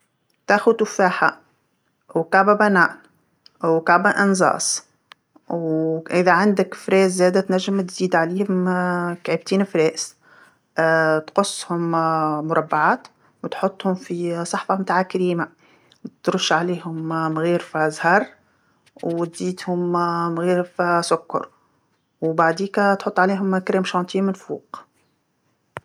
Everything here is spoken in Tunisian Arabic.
تاخذ تفاحه وكعبه موز وكعبه أنجاص وإذا عندك فراوله زاده تنجم تزيد عليهم كعبتين فراوله، تقصهم مربعات وتحطهم في صحفه متاع كريمه، ترش عليهم م- مغيرفه زهر وتزيدهم مغيرفه سكر وبعديكا تحط عليهم كريمة الشونتيي من الفوق.